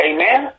Amen